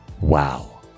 wow